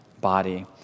body